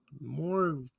more